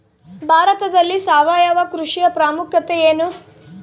ಭಾರತದಲ್ಲಿ ಸಾವಯವ ಕೃಷಿಯ ಪ್ರಾಮುಖ್ಯತೆ ಎನು?